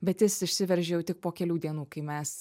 bet jis išsiveržė jau tik po kelių dienų kai mes